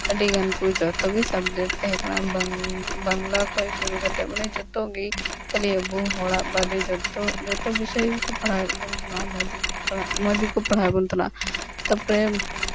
ᱟᱹᱰᱤ ᱜᱟᱱ ᱠᱚ ᱡᱚᱛᱚᱜᱮ ᱥᱟᱵᱡᱮᱠᱴ ᱛᱟᱦᱮᱸ ᱠᱟᱱᱟ ᱵᱟᱝᱞᱟ ᱠᱷᱚᱡ ᱥᱩᱨᱩ ᱠᱟᱛᱮ ᱢᱟᱱᱮ ᱡᱚᱛᱚᱜᱮ ᱠᱷᱟᱹᱞᱤ ᱟᱵᱚ ᱦᱚᱲᱟᱜ ᱵᱟᱫᱮ ᱡᱚᱛᱚ ᱡᱚᱛᱚ ᱵᱤᱥᱚᱭ ᱜᱮᱠᱚ ᱯᱟᱲᱦᱟᱣ ᱮᱜ ᱵᱚᱱ ᱛᱟᱦᱮᱱᱟ ᱢᱚᱡᱽ ᱜᱮᱠᱚ ᱯᱟᱲᱦᱟᱜ ᱢᱚᱡᱽ ᱜᱮᱠᱚ ᱯᱟᱲᱦᱟᱣᱮ ᱵᱚᱱ ᱛᱟᱦᱮᱱᱟ ᱛᱟᱨᱯᱚᱨᱮ